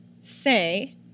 say